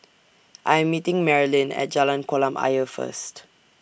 I Am meeting Marylin At Jalan Kolam Ayer First